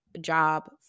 job